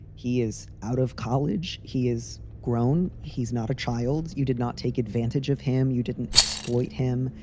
he is out of college. he is grown. he's not a child. you did not take advantage of him. you didn't exploit him.